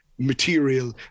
material